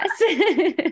Yes